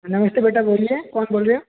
नमस्ते बेटा बोलिए कौन बोल रहे हो